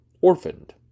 orphaned